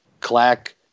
Clack